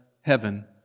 heaven